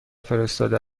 فرستاده